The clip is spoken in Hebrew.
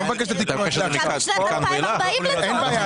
גם לשנת 2040 לצורך העניין.